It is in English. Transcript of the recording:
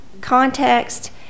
context